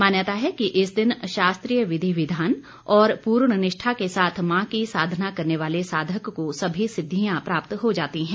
मान्यता है कि इस दिन शास्त्रीय विधि विधान और पूर्ण निष्ठा के साथ साधना करने वाले साधक को सभी सिद्धियों की प्राप्ति हो जाती हैं